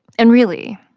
and really,